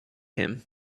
him